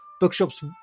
bookshops